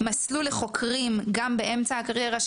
מסלול לחוקרים גם באמצע הקריירה,